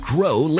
Grow